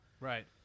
Right